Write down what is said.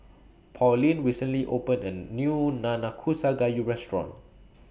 Pauline recently opened A New Nanakusa Gayu Restaurant